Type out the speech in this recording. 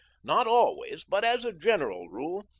not always, but as a general rule,